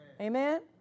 Amen